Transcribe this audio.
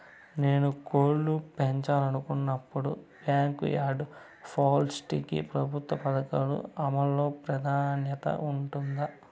నేను కోళ్ళు పెంచాలనుకున్నపుడు, బ్యాంకు యార్డ్ పౌల్ట్రీ కి ప్రభుత్వ పథకాల అమలు లో ప్రాధాన్యత ఉంటుందా?